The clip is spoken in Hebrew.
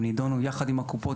הם נידונו יחד עם הקופות.